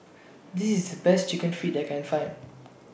This IS The Best Chicken Feet that I Can Find